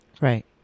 right